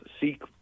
seek